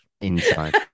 Inside